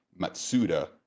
Matsuda